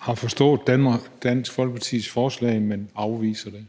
har forstået Dansk Folkepartis forslag, men afviser det.